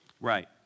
Right